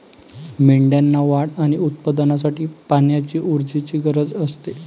मेंढ्यांना वाढ आणि उत्पादनासाठी पाण्याची ऊर्जेची गरज असते